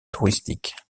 touristiques